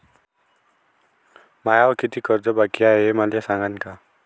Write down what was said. मायावर कितीक कर्ज बाकी हाय, हे मले सांगान का?